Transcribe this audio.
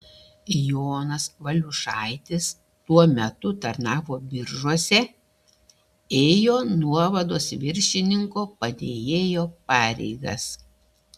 jonas valiušaitis tuo metu tarnavo biržuose ėjo nuovados viršininko padėjėjo pareigas